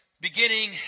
beginning